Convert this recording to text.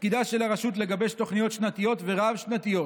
תפקידה של הרשות לגבש תוכניות שנתיות ורב-שנתיות